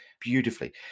beautifully